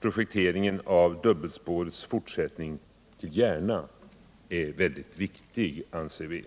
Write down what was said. projekteringen av dubbelspårets fortsättning till Järna är mycket viktig, anser vi.